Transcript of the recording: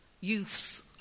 youths